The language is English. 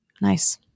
Nice